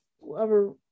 whoever